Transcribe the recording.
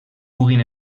puguin